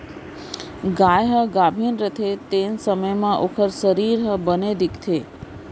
गाय ह गाभिन रथे तेन समे म ओकर सरीर ह बने दिखथे